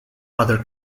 other